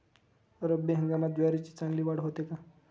रब्बी हंगामात ज्वारीची चांगली वाढ होते का?